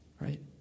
Right